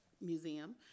Museum